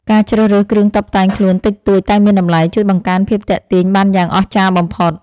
ការជ្រើសរើសគ្រឿងតុបតែងខ្លួនតិចតួចតែមានតម្លៃ ជួយបង្កើនភាពទាក់ទាញបានយ៉ាងអស្ចារ្យបំផុត។